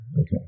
Okay